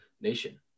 nation